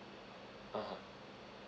ah ha